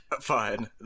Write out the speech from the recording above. Fine